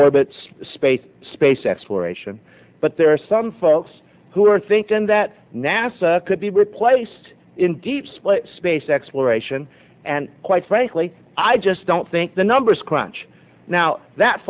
orbit space space exploration but there are some folks who are thinking that nasa could be replaced in deep space exploration and quite frankly i just don't think the numbers crunch now that